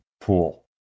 pool